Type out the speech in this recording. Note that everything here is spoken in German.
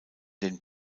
den